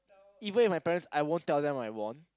even if my parents I won't tell them I won